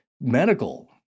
medical